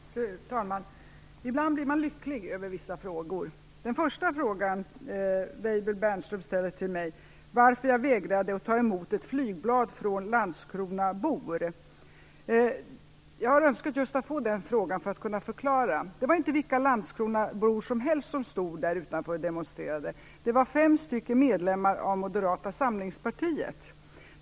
Fru talman! Ibland blir man lycklig över vissa frågor. När det gäller den första frågan Peter Weibull Bernström ställer till mig om varför jag vägrade att ta emot ett flygblad från landskronabor vill jag säga att jag har önskat att få den frågan för att kunna förklara detta. Det var inte vilka landskronabor som helst som stod där utanför och demonstrerade. Det var fem medlemmar från Moderata samlingspartiet.